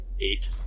Eight